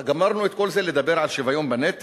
גמרנו את כל זה כדי לדבר על שוויון בנטל?